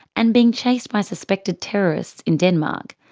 and being chased by suspected terrorists in denmark,